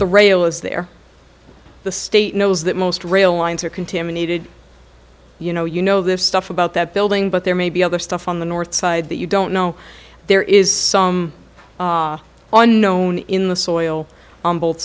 the rail is there the state knows that most rail lines are contaminated you know you know this stuff about that building but there may be other stuff on the north side that you don't know there is some unknown in the soil on both